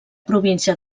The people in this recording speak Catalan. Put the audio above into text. província